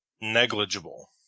negligible